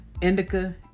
indica